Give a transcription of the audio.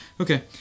Okay